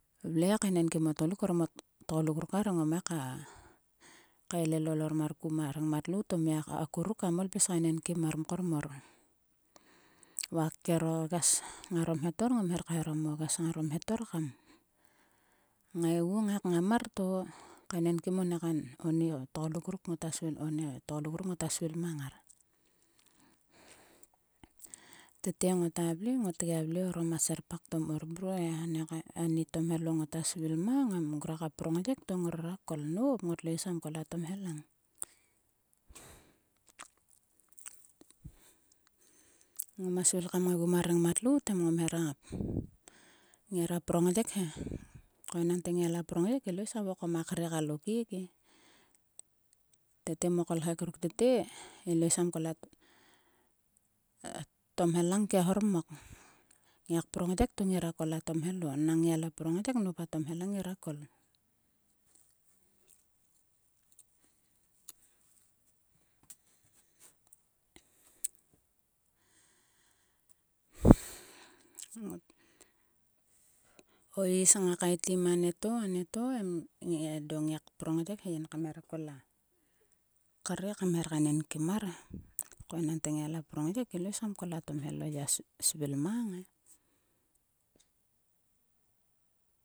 Vle kaenenkim o tgoluk orom o tgoluk ruk arhe ngome ka kaelel ol ormar ku ma rengmat lout. omia akuruk kam ol pis kaenenkim mar mkor mor. Va kero ges ngaro mhetor ngom her kaeharom o ges ngaro mhetor kam ngaigu. ngai ngamar to. Kainenkim o ni kain. oni tgoluk ruk oni tgo ngota svil mang ngar. tete ngota vle. ngot gia vle orom a serpak to mkor mor mruo he. Ani tomhelo ngota svil mang em ngruaka prongyek to ngora kol nop. ngotlo is kam kol tomhelang. Ngoma svil kam ngaigu ma rengmat lout em. ngom hera. Ngira prongyek. ko enangte ngialo prongyek. Ilo is kam vokom a kre kalo kek e. Tete mo kolkhek ruk tete ilo is kam kol a tomhelang kia hor mok. Ngiak prongyek to ngira kol a tomhelo. Nang ngiala prongyeknop a tomhelang ngira kol. O is ngak kaeti ma nieto em edo ngiak prongyek he yin kam hera kol a kre kam hera kaenenkim mar he. Ngiala prongyek ilo is kam kol a tomhelo ya svil mang e.